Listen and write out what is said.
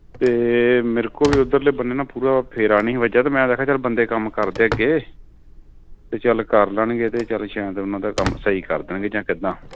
ਅਤੇ ਮੇਰੇ ਕੋਲ ਵੀ ਉਧਰਲੇ ਬੰਨੇ ਨਾ ਪੂਰਾ ਫੇਰਾ ਨਹੀਂ ਵੱਜਿਆ ਅਤੇ ਮੈਂ ਦੇਖਿਆ ਚਲ ਬੰਦੇ ਕੰਮ ਕਰਦੇ ਅੱਗੇ ਅਤੇ ਚੱਲ ਕਰ ਲੈਣਗੇ ਇਹਦੇ ਚੱਲ ਸ਼ਾਇਦ ਉਹਨਾਂ ਦਾ ਕੰਮ ਸਹੀ ਕਰ ਦੇਣਗੇ ਜਾਂ ਕਿੱਦਾਂ